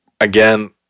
Again